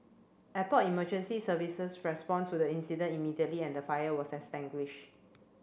airport emergency services respond to the incident immediately and the fire was extinguished